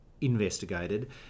investigated